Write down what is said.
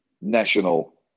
National